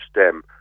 stem